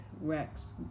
Rex